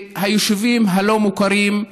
היישובים הלא-מוכרים,